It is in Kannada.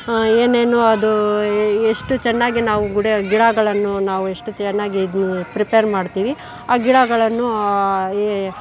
ಏನೇನು ಅದು ಎಷ್ಟು ಚೆನ್ನಾಗಿ ನಾವು ಗಿಡ ಗಿಡಗಳನ್ನು ನಾವು ಎಷ್ಟು ಚೆನ್ನಾಗಿ ಪ್ರಿಪೇರ್ ಮಾಡ್ತೀವಿ ಆ ಗಿಡಗಳನ್ನು